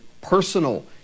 personal